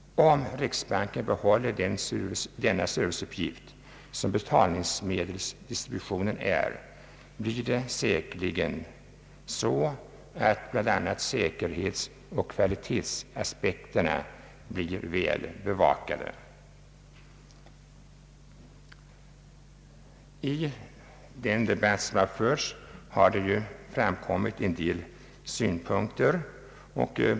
Om riksbanken behåller den serviceuppgift, som betalningsmedelsdistributionen är, blir säkerligen bl.a. säkerhetsoch kvalitetsaspekterna väl bevakade. I den debatt som har förts har det ju framkommit en del synpunkter.